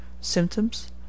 Symptoms